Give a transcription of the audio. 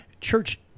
Church